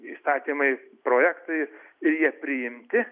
įstatymai projektai ir jie priimti